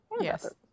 Yes